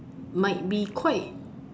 might be quite